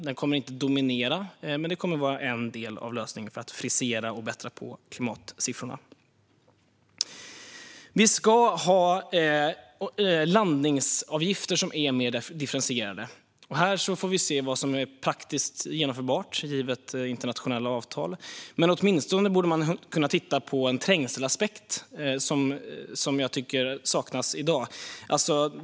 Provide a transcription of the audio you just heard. Det kommer inte att dominera, men det kommer att vara en del av lösningen när det gäller att hyfsa och bättra på klimatsiffrorna. Vi ska ha landningsavgifter som är mer differentierade. Här får vi se vad som är praktiskt genomförbart, givet internationella avtal. Men man borde åtminstone kunna titta på en trängselaspekt, som jag tycker saknas i dag.